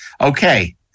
Okay